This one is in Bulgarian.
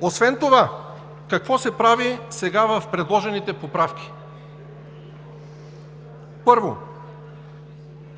Освен това, какво се прави сега в предложените поправки? Първо,